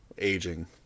aging